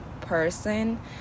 person